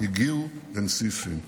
הגיעו לנשיא סין.